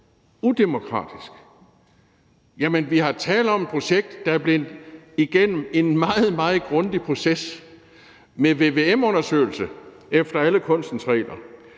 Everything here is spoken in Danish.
udemokratisk. Jamen vi taler om et projekt, der har været igennem en meget, meget grundig proces med vvm-undersøgelse efter alle kunstens regler.